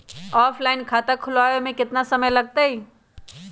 Offline खाता खुलबाबे में केतना समय लगतई?